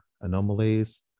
anomalies